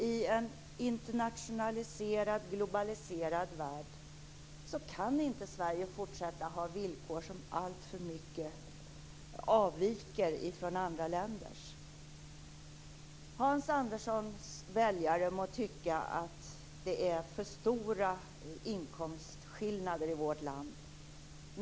I en internationaliserad/globaliserad värld kan inte Sverige fortsätta med villkor som alltför mycket avviker från andra länders. Hans Anderssons väljare må tycka att det är för stora inkomstskillnader i vårt land.